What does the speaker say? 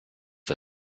der